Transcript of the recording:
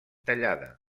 tallada